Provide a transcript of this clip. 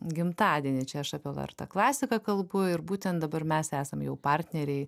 gimtadienį čia aš apie lrt klasiką kalbu ir būtent dabar mes esam jau partneriai